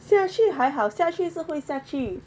下去还好下去是会下去